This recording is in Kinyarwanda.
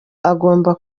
agomba